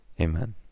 Amen